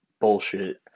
bullshit